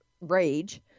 rage